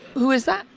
who is that?